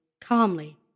calmly